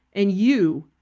and you,